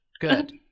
good